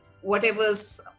whatever's